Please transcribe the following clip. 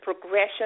progression